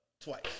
twice